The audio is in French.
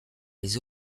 les